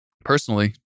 Personally